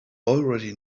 already